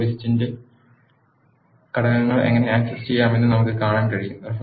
ഇപ്പോൾ ലിസ്റ്റ് യുടെ ഘടകങ്ങൾ എങ്ങനെ ആക്സസ് ചെയ്യാമെന്ന് നമുക്ക് കാണാൻ കഴിയും